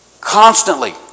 Constantly